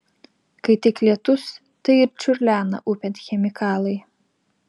kai tik lietus tai ir čiurlena upėn chemikalai